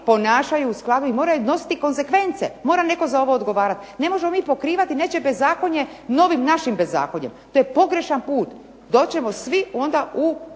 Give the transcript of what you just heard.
ponašaju u skladu i moraju snositi konzekvence. Mora netko za ovo odgovarati. Ne možemo mi pokrivati nečije bezakonje novim našim bezakonjem, to je pogrešan put. Doći ćemo svi onda u